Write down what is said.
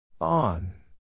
on